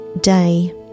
day